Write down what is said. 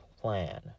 plan